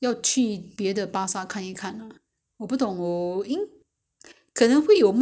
so actually I go to quite a few markets you know so I will I will just check for you lah see whether have or not